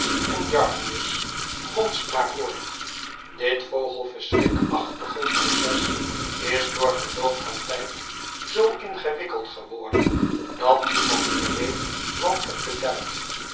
en jarndyce gonst maar voort dit vogelverschrikachtige proces is door verloop van tijd zoo ingewikkeld geworden dat niemand meer weet wat het beduidt